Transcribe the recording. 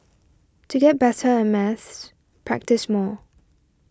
to get better at maths practise more